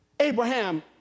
Abraham